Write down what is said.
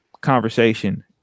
conversation